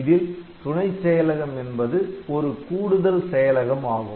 இதில் துணைச் செயலகம் என்பது ஒரு கூடுதல் செயலகம் ஆகும்